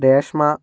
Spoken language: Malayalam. രേഷ്മ